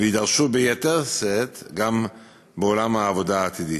ויידרשו ביתר שאת גם בעולם העבודה העתידי,